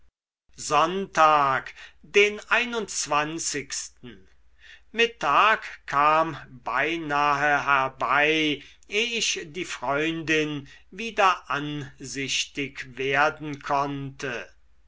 sonntag den mittag kam beinahe herbei eh ich die freundin wieder ansichtig werden konnte